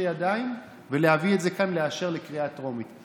ידיים ולהביא את זה ואכן לאשר לקריאה הטרומית.